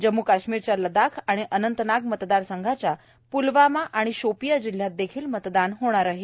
जम्मू काश्मिरच्या लदाख आणि अनंतनाग मतदार संघाच्या प्लवामा आणि शोपिया जिल्हयात देखील मतदान होणार आहे